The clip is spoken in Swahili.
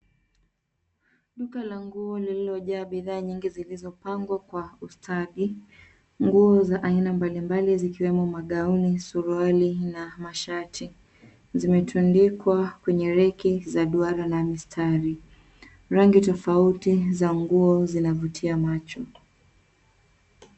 Duka la nguo lililojaa bidhaa nyingi zilizopangwa kwa ustadhi. Nguo za aina mbalimbali zikiwemo magauni, suruali na mashati, zimetundikwa kwenye reki za duara na mistari. Rangi tofauti za nguo zinavutia macho.